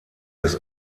des